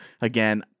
again